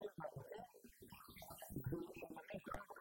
ועמוקים. שממש עד...